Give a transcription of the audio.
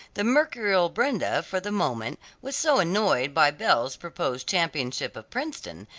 the mercurial brenda for the moment was so annoyed by belle's proposed championship of princeton,